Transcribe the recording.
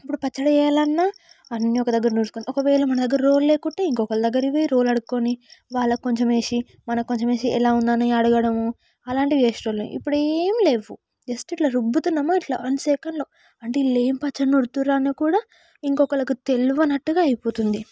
ఇప్పుడు పచ్చడి చేయాలన్నా అన్నీ ఒక దగ్గర నూరుకుని ఒకవేళ మన దగ్గర రోలు లేకుంటే ఇంకొక దగ్గరకు పోయి రోలు అడుక్కోని వాళ్ళకు కొంచం వేసి మన కొంచం వేసి ఎలా ఉందని అడగడం అలాంటివి చేసే వాళ్ళం ఇప్పుడు ఏమి లేవు జస్ట్ ఇట్లా రుబ్బుతున్నామా ఇట్లా వన్ సెకండ్లో అంటే వీళ్ళు ఏమి పచ్చళ్ళు నూరుతున్నారు అని కూడా ఇంకొకరికి తెలియనట్టుగా అయిపోతుంది